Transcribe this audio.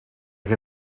can